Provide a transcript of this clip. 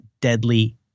deadly